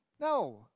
No